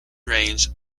range